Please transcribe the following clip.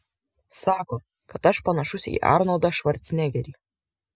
sako kad aš panašus į arnoldą švarcnegerį